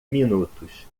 minutos